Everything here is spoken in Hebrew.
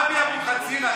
אבי אבוחצירא.